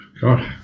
God